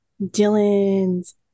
Dylan's